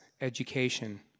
education